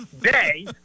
day